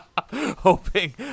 Hoping